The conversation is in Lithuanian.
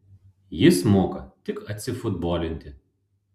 jis moka tik atsifutbolinti